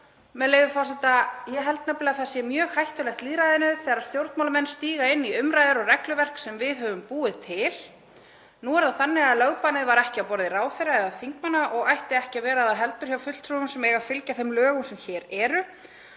með leyfi forseta: „… ég held nefnilega að það sé mjög hættulegt lýðræðinu þegar stjórnmálamenn stíga inn í umræður og regluverk sem við höfum búið til. Nú var lögbannið ekki á borði ráðherra eða þingmanna, og ætti ekki að vera það, heldur hjá fulltrúum sem eiga að fylgja þeim lögum sem hér eru.